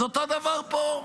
אז אותו הדבר פה.